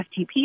FTP